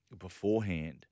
beforehand